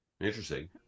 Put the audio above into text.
interesting